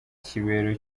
kibero